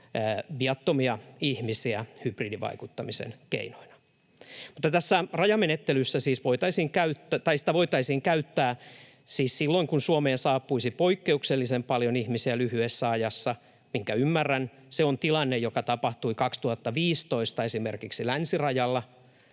viattomia ihmisiä, hybridivaikuttamisen keinona. Mutta tätä rajamenettelyä siis voitaisiin käyttää silloin, kun Suomeen saapuisi poikkeuksellisen paljon ihmisiä lyhyessä ajassa, minkä ymmärrän — se on tilanne, joka tapahtui 2015 esimerkiksi länsirajalla